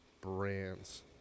brands